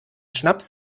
schnaps